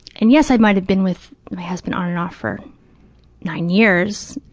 and yes, i might have been with my husband on and off for nine years,